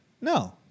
no